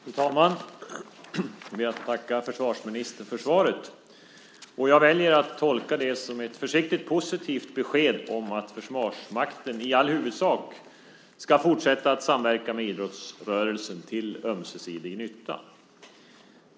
Fru talman! Jag ber att få tacka försvarsministern för svaret. Jag väljer att tolka det som ett försiktigt positivt besked om att Försvarsmakten i all huvudsak ska fortsätta att samverka med idrottsrörelsen till ömsesidig nytta.